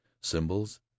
symbols